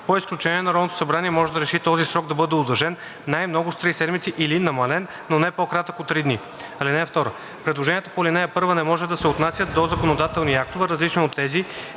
По изключение Народното събрание може да реши този срок да бъде удължен най много с три седмици или намален, но не по-кратък от три дни. (2) Предложенията по ал. 1 не може да се отнасят до законодателни актове, различни от тези,